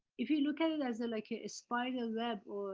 if you look at it as a, like a spider web,